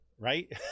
right